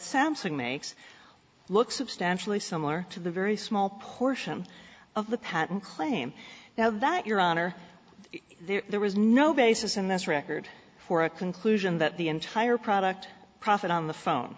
samsung makes look substantially similar to the very small portion of the patent claim now that your honor there was no basis in this record for a conclusion that the entire product profit on the phone